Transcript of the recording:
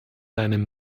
einem